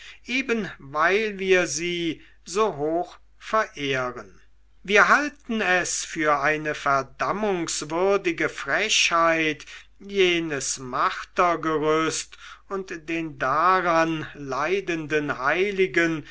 eben weil wir sie so hoch verehren wir halten es für eine verdammungswürdige frechheit jenes martergerüst und den daran leidenden heiligen